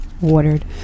watered